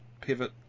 pivot